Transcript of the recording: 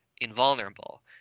invulnerable